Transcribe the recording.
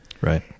Right